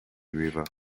river